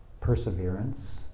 perseverance